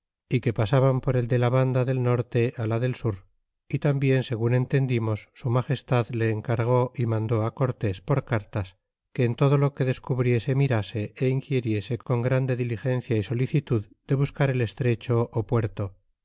y que pasaban por el de la banda del norte la del sur y tambien segun entendimos su magestad le encargó y mandó cortés por cartas que en todo lo que descubriese mirase é inquiriese con grande diligencia y solicitud de buscar el estrecho ó puerto